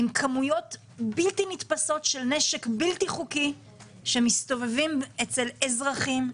עם כמויות בלתי נתפסות של נשק בלתי חוקי שמסתובב אצל אזרחים,